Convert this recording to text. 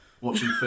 watching